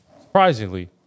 surprisingly